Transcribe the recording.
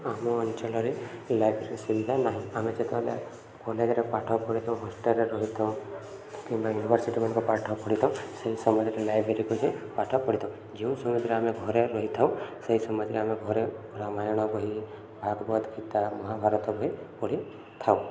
ଆମ ଅଞ୍ଚଳରେ ଲାଇବ୍ରେରୀ ସୁବିଧା ନାହିଁ ଆମେ ଯେତେବେଳେ କଲେଜରେ ପାଠ ପଢ଼ିଥାଉ ହୋଷ୍ଟେଲରେ ରହିଥାଉ କିମ୍ବା ୟୁନିଭରସିଟିମାନଙ୍କରେ ପାଠ ପଢ଼ିଥାଉ ସେହି ସମୟରେ ଲାଇବ୍ରେରୀକୁ ଯାଇ ପାଠ ପଢ଼ିଥାଉ ଯେଉଁ ସମୟରେ ଆମେ ଘରେ ରହିଥାଉ ସେହି ସମୟରେ ଆମେ ଘରେ ରାମାୟଣ ବହି ଭାଗବତ ଗୀତା ମହାଭାରତ ବହି ପଢ଼ିଥାଉ